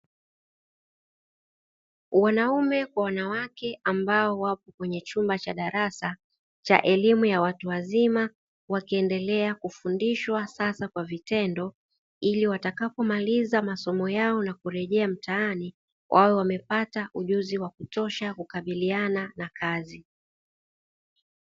Wanaume kwa wanawake ambao wapo kwenye chumba cha darasa cha elimu ya watu wazima, wakiendelea kufundishwa sasa kwa vitendo ili watakapomaliza masomo yao na kureje mtaani, wawe wamepata ujuzi wa kutosha kukabiliana na kazi.